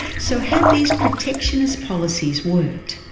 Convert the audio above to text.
so, had these protectionist policies worked?